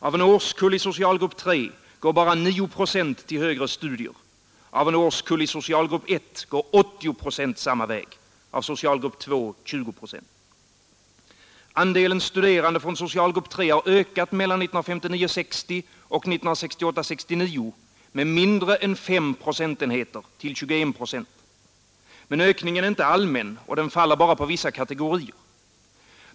Av en årskull i socialgrupp 3 går bara 9 procent till högre studier, av en årskull i socialgrupp 1 går 80 procent samma väg, av socialgrupp 2 är det 20 procent. Andelen studerande från socialgrupp 3 har ökat mellan 1959 69 med mindre än 5 procentenheter till 21 procent. Men ökningen är inte allmän, och den faller bara på vissa kategorier.